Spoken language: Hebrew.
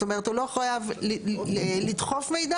זאת אומרת הוא לא חייב לדחוף מידע,